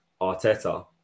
Arteta